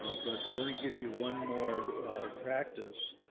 ah but let me give you one more practice